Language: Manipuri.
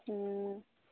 ꯎꯝ